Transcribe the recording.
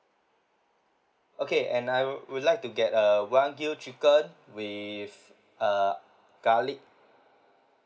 okay and I'd would like to get uh one grilled chicken with uh garlic